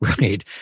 Right